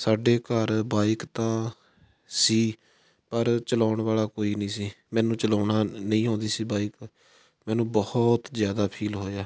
ਸਾਡੇ ਘਰ ਬਾਈਕ ਤਾਂ ਸੀ ਪਰ ਚਲਾਉਣ ਵਾਲਾ ਕੋਈ ਨਹੀਂ ਸੀ ਮੈਨੂੰ ਚਲਾਉਣਾ ਨਹੀਂ ਆਉਂਦੀ ਸੀ ਬਾਈਕ ਮੈਨੂੰ ਬਹੁਤ ਜ਼ਿਆਦਾ ਫੀਲ ਹੋਇਆ